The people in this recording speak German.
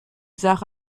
sache